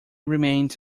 remained